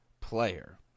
player